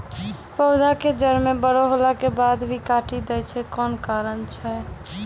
पौधा के जड़ म बड़ो होला के बाद भी काटी दै छै कोन कारण छै?